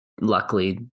Luckily